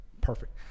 perfect